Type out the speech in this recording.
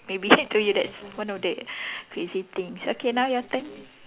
maybe to you that's one of the crazy things okay now your turn